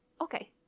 Okay